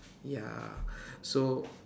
ya so